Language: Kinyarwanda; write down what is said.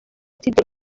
studio